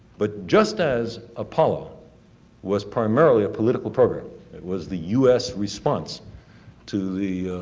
but just as apollo was primarily a political program, it was the us response to the